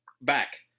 back